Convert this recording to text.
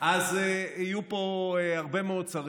אז יהיו פה הרבה מאוד שרים,